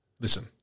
listen